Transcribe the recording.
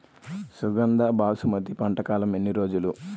సుగంధ బాసుమతి పంట కాలం ఎన్ని రోజులు?